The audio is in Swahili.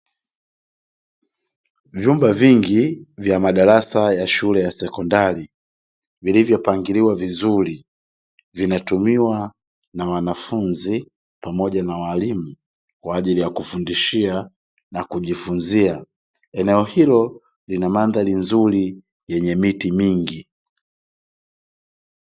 Vyumba vingi vya madarasa ya shule ya sekondari, vilivyopangiliwa vizuri, vinatumiwa na wanafunzi pamoja na walimu kwa ajili ya kufundishia na kujifunzia. Eneo hilo lina mandhari nzuri yenye miti mingi.